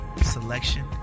selection